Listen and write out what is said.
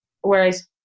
Whereas